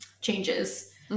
changes